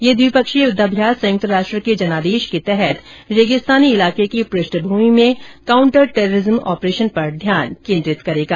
यह द्विपक्षीय युद्धाभ्यास संयुक्त राष्ट्र के जनादेश के तहत रेगिस्तानी इलाके की पृष्ठभूमि में काउंटर टेररिज्म ऑपरेशन पर ध्यान केंद्रित करेगा